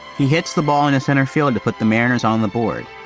he hits the ball in a center field to put the mariners on the board.